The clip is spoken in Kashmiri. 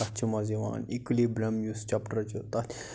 تَتھ چھُ مزٕ یِوان ایٖکُلِبرٛم یُس چپٹر چھُ تتھ